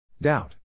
Doubt